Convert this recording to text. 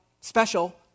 special